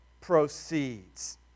proceeds